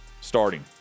starting